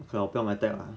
我看我不用 attack liao